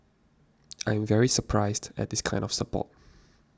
I am very surprised at this kind of support